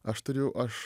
aš turiu aš